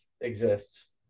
exists